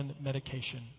medication